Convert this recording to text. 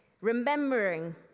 Remembering